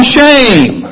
shame